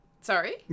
Sorry